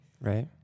Right